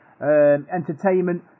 Entertainment